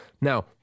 Now